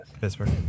Pittsburgh